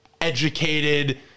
educated